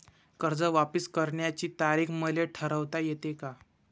कर्ज वापिस करण्याची तारीख मले ठरवता येते का?